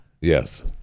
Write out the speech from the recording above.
Yes